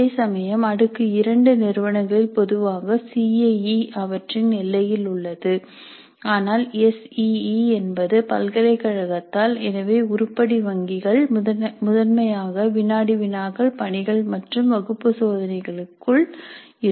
அதேசமயம் அடுக்கு 2 நிறுவனங்களில் பொதுவாக சீஐஇ அவற்றின் எல்லையில் உள்ளது ஆனால் எஸ்இஇ என்பது பல்கலைக்கழகத்தால் எனவே உருப்படி வங்கிகள் முதன்மையாக வினாடி வினாக்கள் பணிகள் மற்றும் வகுப்பு சோதனைகளுக்கு இருக்கும்